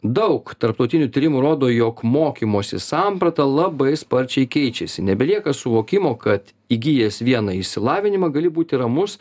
daug tarptautinių tyrimų rodo jog mokymosi samprata labai sparčiai keičiasi nebelieka suvokimo kad įgijęs vieną išsilavinimą gali būti ramus